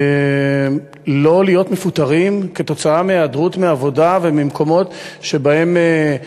לא להיות מפוטרים כתוצאה מהיעדרות מעבודה וממקומות שבהם,